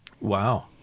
wow